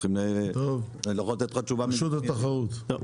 רשות התחרות, בבקשה.